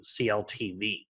CLTV